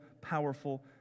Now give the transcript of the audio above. powerful